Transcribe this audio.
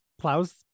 plows